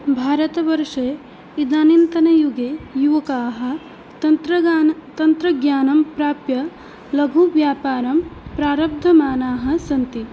भारतवर्षे इदानीन्तनयुगे युवकाः तन्त्रगान तन्त्रज्ञानं प्राप्य लघुव्यापारं प्रारब्धमानाः सन्ति